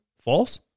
false